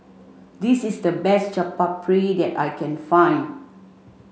this is the best Chaat Papri that I can find